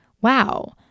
wow